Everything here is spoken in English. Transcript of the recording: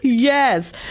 Yes